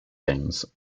games